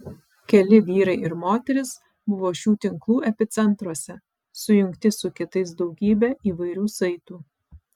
keli vyrai ir moterys buvo šių tinklų epicentruose sujungti su kitais daugybe įvairių saitų